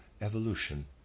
evolution